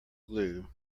glue